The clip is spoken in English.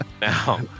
now